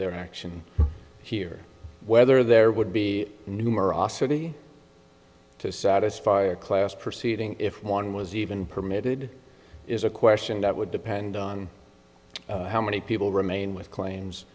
their action here whether there would be numerosity to satisfy a class proceeding if one was even permitted is a question that would depend on how many people remain with claims